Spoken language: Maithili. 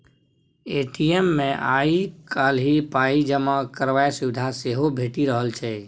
ए.टी.एम मे आइ काल्हि पाइ जमा करबाक सुविधा सेहो भेटि रहल छै